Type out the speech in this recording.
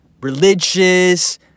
religious